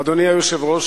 אדוני היושב-ראש,